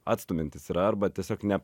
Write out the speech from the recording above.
atstumiantys yra arba tiesiog ne